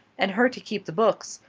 and her to keep the books,